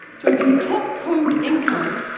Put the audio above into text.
so, if you top code income,